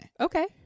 Okay